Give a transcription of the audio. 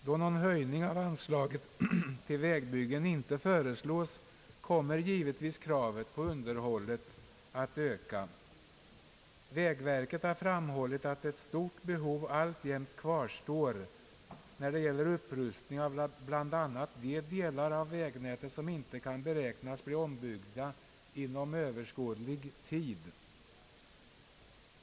Då någon höjning av anslaget till vägbyggen inte föreslås, kommer givetvis kravet på underhållet att öka. Vägverket har framhållit att ett stort behov alltjämt kvarstår när det gäller upprustning av bl.a. de delar av vägnätet som inte kan beräknas bli ombyggda inom överskådlig tid.